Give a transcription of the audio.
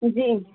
जी